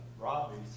Robbie's